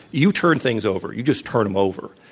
you turn things over. you just turn them over.